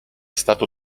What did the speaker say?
stato